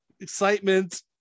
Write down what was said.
excitement